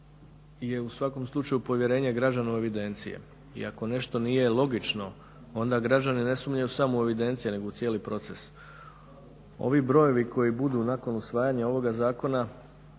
je u svakom slučaju u povjerenju građana u evidencije. I ako nešto nije logično onda građani ne sumnjanju u evidencije nego u cijeli proces. Ovi brojevi koji budu nakon usvajanja ovoga zakona